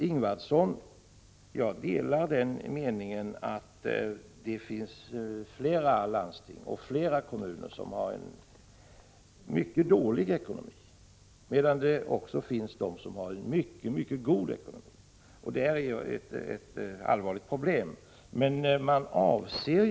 Jag delar Margö Ingvardssons uppfattning att det finns flera landsting och kommuner som har mycket dålig ekonomi. Men det finns också de som har en mycket god ekonomi. Problemet med den dåliga ekonomin är dock mycket allvarligt.